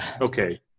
Okay